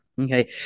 Okay